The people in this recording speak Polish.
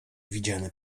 widziane